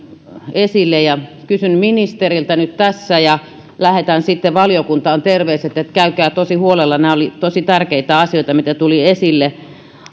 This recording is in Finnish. esille kysyn ministeriltä nyt tässä ja lähetän sitten valiokuntaan terveiset että käykää tosi huolella läpi nämä olivat tosi tärkeitä asioita mitä tuli esille